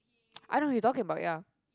I know who you talking about ya